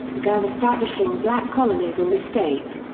began establishing black colonies in the state.